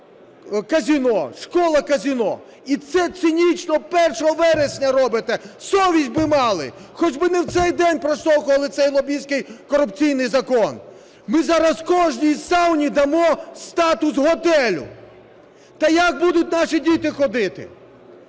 казино, школа – казино. І це цинічно 1 вересня робите. Совість би мали, хоч би не в цей день проштовхували цей лобістський корупційний закон! Ми зараз кожній сауні дамо статус готелю. Та як будуть наші діти ходити?